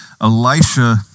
Elisha